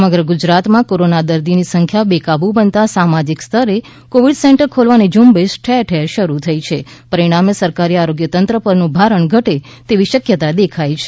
સમગ્ર ગુજરાતમાં કોરોના દર્દીની સંખ્યા બેકાબુ બનતા સામાજિક સ્તરે કોવિડ સેન્ટર ખોલવાની ઝુંબેશ ઠેર ઠેર શરૂ થઈ છે પરિણામે સરકારી આરોગ્ય તંત્ર પરનું ભારણ ઘટે તેવી શક્યતા દેખાય છે